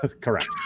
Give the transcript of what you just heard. Correct